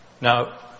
Now